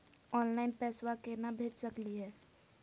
Online पैसवा केना भेज सकली हे?